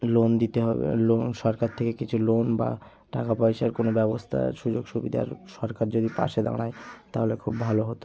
loan দিতে হবে loan সরকার থেকে কিছু লোন বা টাকা পয়সার কোনো ব্যবস্থার সুযোগ সুবিধার সরকার যদি পাশে দাঁড়ায় তাহলে খুব ভালো হতো